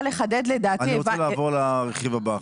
רוצה לעבור לרכיב הבא.